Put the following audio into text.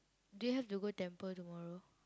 do you have to go temple tomorrow